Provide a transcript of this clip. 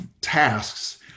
tasks